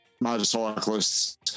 motorcyclists